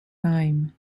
thyme